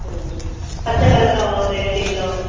ம் பச்சை மிளகாய் ஒரு ரெண்டு கிலோ